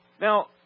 Now